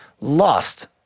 lost